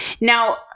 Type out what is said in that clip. Now